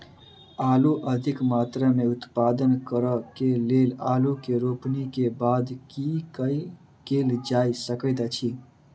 आलु अधिक मात्रा मे उत्पादन करऽ केँ लेल आलु केँ रोपनी केँ बाद की केँ कैल जाय सकैत अछि?